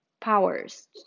Powers